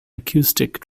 acoustic